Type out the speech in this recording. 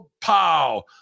pow